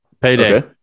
payday